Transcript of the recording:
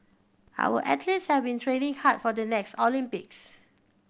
our athletes have been training hard for the next Olympics